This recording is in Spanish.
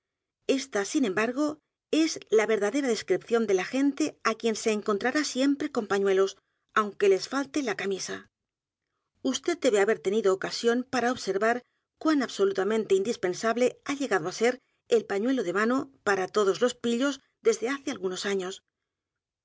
ésta sin embargo es la verdadera d e s cripción de la gente á quien se encontrará siempre con pañuelos aunque les falte la camisa vd debe haber tenido ocasión p a r a observar cuan absolutamente indispensable h a llegado á ser el pañuelo de m a n o para todos los pillos desde hace algunos años